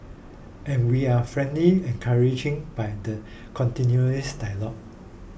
and we're frankly encouraging by the continuing dialogue